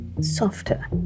softer